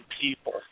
people